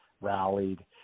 rallied